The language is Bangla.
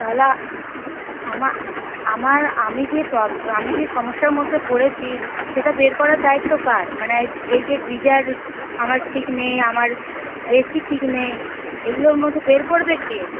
তাহলে আমার আমি যে আমি যে সমস্যার মধ্যে পড়েছি সেটা বের করার দায়িত্ব কার মানে এই যে গিজার আমার ঠিক নেই আমার এসি ঠিক নেই এগুলোর মধ্যে বের করবে কে